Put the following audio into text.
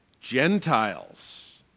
Gentiles